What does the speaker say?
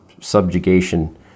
subjugation